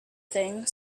thing